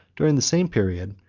during the same period,